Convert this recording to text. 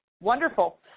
Wonderful